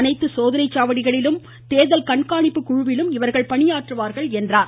அனைத்து சோதனை சாவடிகளிலும் தேர்தல் கண்காணிப்பு சுழுவிலும் இவர்கள் பணியாற்றுவார்கள் என்று குறிப்பிட்டார்